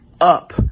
up